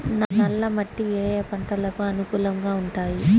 నల్ల మట్టి ఏ ఏ పంటలకు అనుకూలంగా ఉంటాయి?